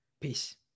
Peace